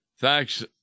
Thanks